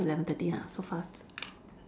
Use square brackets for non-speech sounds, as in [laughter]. eleven thirty ha so fast [noise]